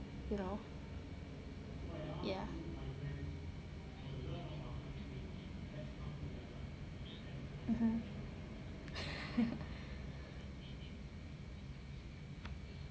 you know ya mmhmm